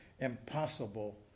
impossible